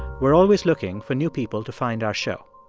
we're always looking for new people to find our show.